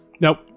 Nope